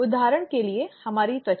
उदाहरण के लिए हमारी त्वचा